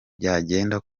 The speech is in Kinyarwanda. byagenda